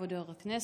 כבוד יו"ר הכנסת,